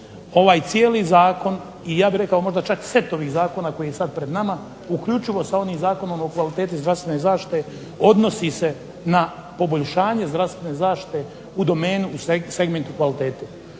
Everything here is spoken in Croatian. ovaj cijeli zakon i ja bih rekao možda čak set ovih zakona koji je sad pred nama uključivo sa onim Zakonom o kvaliteti zdravstvene zaštite odnosi se na poboljšanje zdravstvene zaštite u domenu segmentu kvalitete.